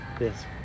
yes